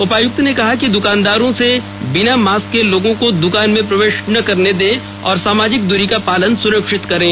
उपायुक्त ने कहा कि द्वकानदारों से कहा कि बिना मास्क के लोगों को दकान मे प्रवेश न दें और सामाजिक दूरी का पालन सुनिश्चित करें